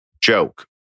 joke